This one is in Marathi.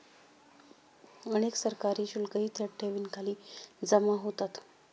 अनेक सरकारी शुल्कही थेट ठेवींखाली जमा होतात